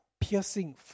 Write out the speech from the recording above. piercing